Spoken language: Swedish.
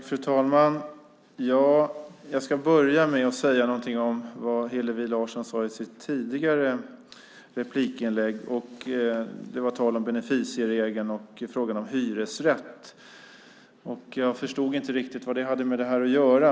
Fru talman! Jag börjar med att säga några ord med anledning av det Hillevi Larsson sade i sin tidigare replik när det gäller beneficieregeln och frågan om hyresrätt. Jag förstår inte riktigt vad det har med detta att göra.